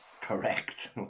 Correct